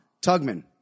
Tugman